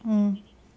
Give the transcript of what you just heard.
mm